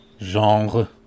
Genre